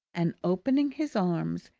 and opening his arms,